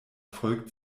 folgt